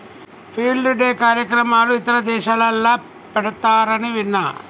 field day కార్యక్రమాలు ఇతర దేశాలల్ల పెడతారని విన్న